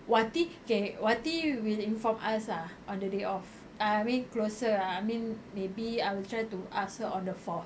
wati K wati will inform us ah on the day off ah I mean closer ah I mean maybe I will try to ask her on the fourth